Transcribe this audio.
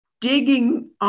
digging